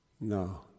no